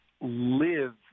live